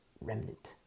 remnant